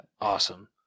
Awesome